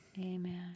Amen